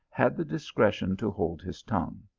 had the discre tion to hold his tongue,